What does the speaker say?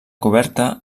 coberta